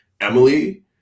Emily